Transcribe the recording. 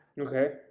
okay